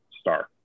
star